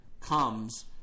comes